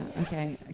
Okay